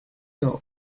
you